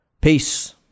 Peace